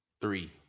Three